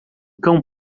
cão